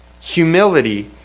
humility